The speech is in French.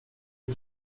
est